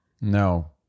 No